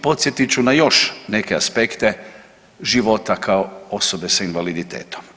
Podsjetit ću na još neke aspekte života kao osobe sa invaliditetom.